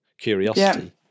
Curiosity